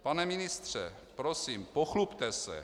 Pane ministře, prosím, pochlubte se.